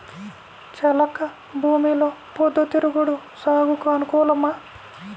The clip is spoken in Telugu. చెలక భూమిలో పొద్దు తిరుగుడు సాగుకు అనుకూలమా?